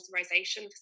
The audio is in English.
authorization